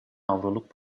avroluk